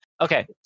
Okay